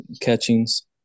Catchings